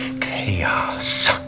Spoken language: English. chaos